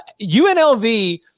UNLV